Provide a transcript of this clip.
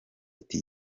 ati